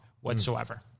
whatsoever